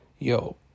yo